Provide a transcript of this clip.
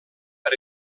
per